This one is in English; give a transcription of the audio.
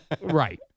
Right